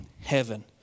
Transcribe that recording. heaven